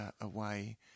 away